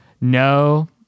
no